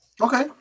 Okay